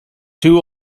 two